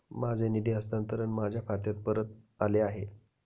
माझे निधी हस्तांतरण माझ्या खात्यात परत आले आहे